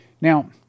Now